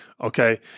Okay